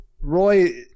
Roy